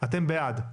אתם בעד.